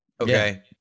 okay